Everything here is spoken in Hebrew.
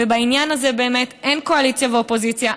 ובעניין הזה באמת אין קואליציה ואופוזיציה.